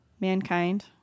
mankind